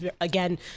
again